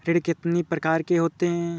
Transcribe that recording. ऋण कितनी प्रकार के होते हैं?